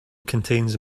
contains